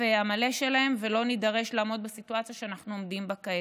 המלא שלהם ולא נידרש לעמוד בסיטואציה שאנחנו עומדים בה כעת.